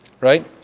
Right